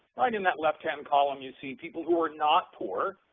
right in that left-hand column you see people who are not poor,